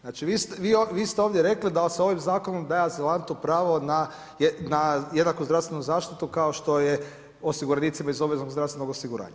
Znači vi ste ovdje rekli da se ovim zakonom daje azilantu pravo na jednaku zdravstvenu zaštitu kao što je osiguranicima iz obveznog zdravstvenog osiguranja.